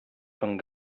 von